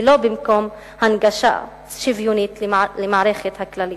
ולא במקום, הנגשה שוויונית של המערכת הכללית.